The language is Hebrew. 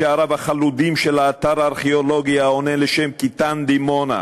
בשעריו החלודים של האתר הארכיאולוגי העונה לשם "כיתן דימונה".